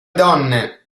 donne